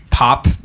pop